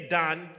done